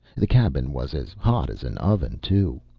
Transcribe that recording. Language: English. the cabin was as hot as an oven, too.